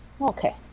okay